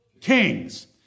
kings